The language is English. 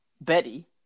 Betty